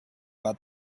bad